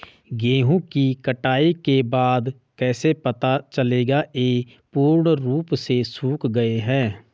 गेहूँ की कटाई के बाद कैसे पता चलेगा ये पूर्ण रूप से सूख गए हैं?